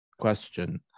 question